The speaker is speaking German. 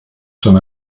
schon